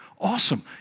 awesome